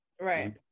Right